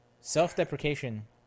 self-deprecation